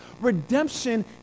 redemption